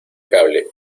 cable